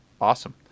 Awesome